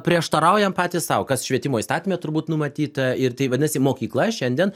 prieštaraujam patys sau kas švietimo įstatyme turbūt numatyta ir tai vadinasi mokykla šiandien